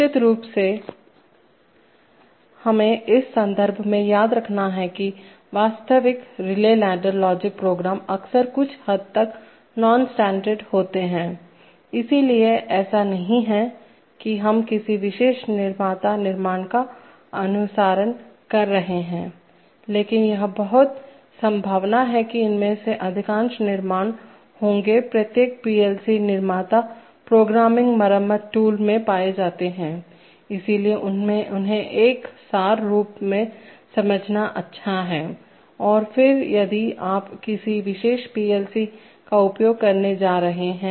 निश्चित रूप से हमें इस संदर्भ में याद रखना चाहिए कि वास्तविकरिले लैडर लॉजिक प्रोग्राम अक्सर कुछ हद तक नॉन स्टैण्डर्ड होते हैं इसलिए ऐसा नहीं है कि हम किसी विशेष निर्माता निर्माण का अनुसरण कर रहे हैं लेकिन यह बहुत संभावना है कि इनमें से अधिकांश निर्माण होंगे प्रत्येक पीएलसी निर्माता प्रोग्रामिंग मरम्मत टूल में पाए जाते हैं इसलिए उन्हें एक सार रूप में समझना अच्छा है और फिर यदि आप किसी विशेष पीएलसी का उपयोग करने जा रहे हैं